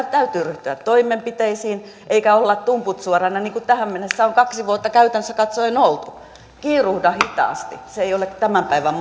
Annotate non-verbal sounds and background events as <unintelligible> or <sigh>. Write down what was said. <unintelligible> täytyy ryhtyä toimenpiteisiin eikä niin että ollaan tumput suorana niin kuin tähän mennessä on kaksi vuotta käytännössä katsoen oltu kiiruhda hitaasti se ei ole tämän päivän <unintelligible>